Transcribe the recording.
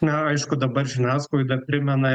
na aišku dabar žiniasklaida primena